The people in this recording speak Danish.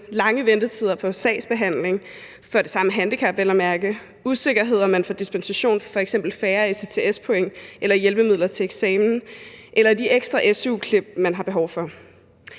lange ventetider på sagsbehandling for det samme handicap vel at mærke og usikkerhed om, hvorvidt man får dispensation for f.eks. færre ECTS-point eller hjælpemidler til eksamen eller får de ekstra su-klip, som man har behov for.